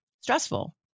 stressful